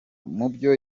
mubyo